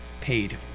paid